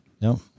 No